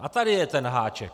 A tady je ten háček!